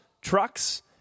trucks